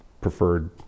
preferred